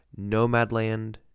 Nomadland